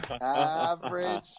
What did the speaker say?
Average